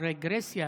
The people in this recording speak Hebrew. על רגרסיה,